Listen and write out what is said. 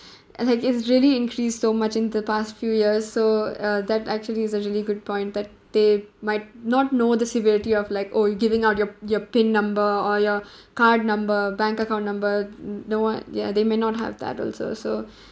and like it's really increased so much in the past few years so uh that actually is a really good point that they might not know the severity of like oh you're giving out your your pin number or your card number bank account number know what ya they may not have that also so